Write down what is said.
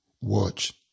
watch